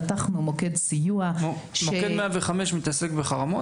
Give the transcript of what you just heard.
פתחנו מוקד סיוע --- מוקד 105 מתעסק בחרמות?